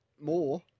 More